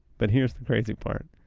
but here's the crazy part.